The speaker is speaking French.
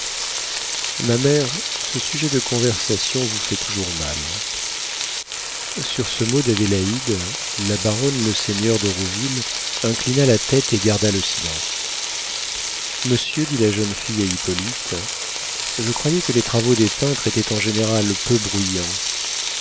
ma mère ce sujet de conversation vous fait toujours mal sur ce mot d'adélaïde la baronne leseigneur de rouville inclina la tête et garda le silence monsieur dit la jeune fille à hippolyte je croyais que les travaux des peintres étaient en général peu bruyants